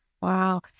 Wow